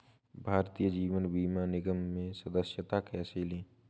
भारतीय जीवन बीमा निगम में सदस्यता कैसे लें?